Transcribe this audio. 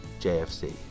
JFC